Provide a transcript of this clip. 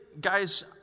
guys